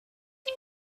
sie